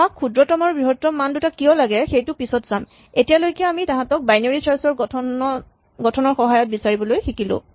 আমাক ক্ষুদ্ৰতম আৰু বৃহত্তম মান দুটা কিয় লাগে সেইটো পিচত চাম এতিয়ালৈকে আমি তাহাঁতক বাইনেৰী চাৰ্চ ৰ গঠনৰ সহায়ত বিচাৰিবলৈ শিকিলোঁ